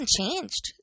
changed